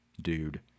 dude